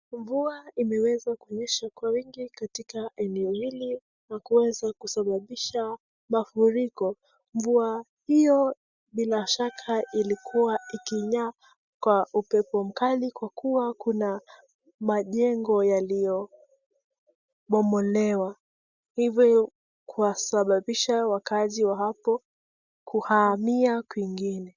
Mvua imeweza kunyesha kwa wiki katika eneo hili na kuweza kusababisha mafuriko mvua hiyo bila shaka ilikuwa ikiya kwa upepo mkali kwa kuwa kuna majengo yaliyo bomolewa hivyo kuwasababisha wakazi wa hapo kuhamia kwingine.